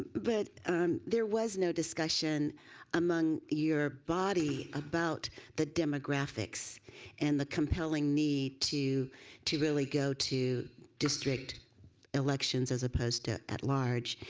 but there was no decision among your body about the demographics and the compelling need to to really go to district elections as opposed to at large,